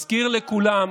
מזכיר לכולם,